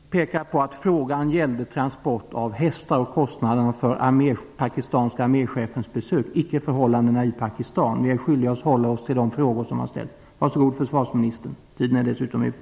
Jag vill påpeka att frågan gäller transport av hästar och kostnaderna för den pakistanske arméchefens besök och icke förhållandena i Pakistan. Ledamöterna är skyldiga att hålla sig till de frågor som har ställts. Taletiden är dessutom slut.